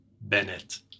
Bennett